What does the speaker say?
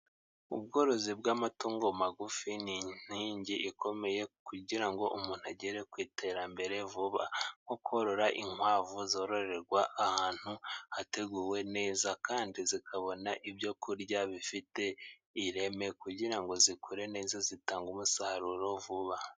Ubworozi bw'amatungo magufi ni inkingi ikomeye kugira ngo umuntu agere ku iterambere vuba, nko korora inkwavu zororerwa ahantu hateguwe neza, kandi zikabona ibyo kurya bifite ireme, kugira ngo zikreu neza, zitange umusaruro vuba.